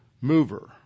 mover